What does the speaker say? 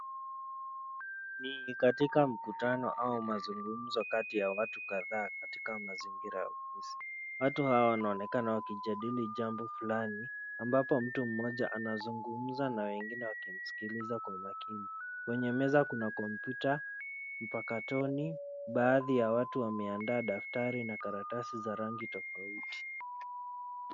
Ni katika mkutano au mazungumzo kati ya watu kadhaa katika mazingira ya ofisi. Watu hawa wanaonekana wakijadili jambo fulani ambapo mtu mmoja anazungumza na wengine wakimsikiliza kwa umakini. Kwenye meza kuna kompyuta mpakatoni. Baadhi ya watu wameandaa daftari na karatasi za rangi tofauti.